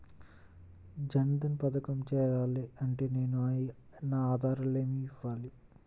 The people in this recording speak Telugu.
జన్ధన్ పథకంలో చేరాలి అంటే నేను నా ఆధారాలు ఏమి ఇవ్వాలి?